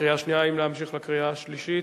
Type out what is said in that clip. האם להמשיך לקריאה השלישית?